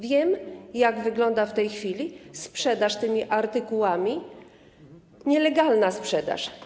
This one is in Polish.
Wiem, jak wygląda w tej chwili sprzedaż tych artykułów, nielegalna sprzedaż.